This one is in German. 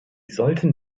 sollten